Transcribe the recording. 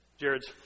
Jared's